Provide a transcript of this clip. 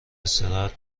استراحت